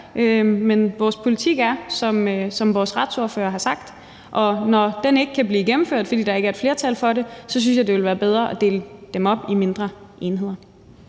Vores politik er, som vores retsordfører har sagt, og når den ikke kan blive gennemført, fordi der ikke er et flertal for det, så synes jeg, det vil være bedre at dele dem op i mindre enheder.